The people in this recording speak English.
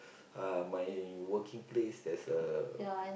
uh my working place there's a